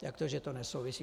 Jak to, že to nesouvisí?